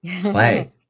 play